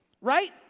right